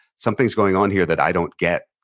something's going on here that i don't get,